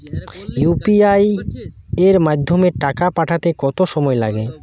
UPI এর মাধ্যমে টাকা পাঠাতে কত সময় লাগে?